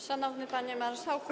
Szanowny Panie Marszałku!